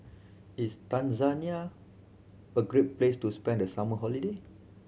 is Tanzania a great place to spend the summer holiday